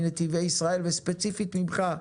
מנתיבי ישראל וספציפית ממך,